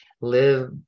live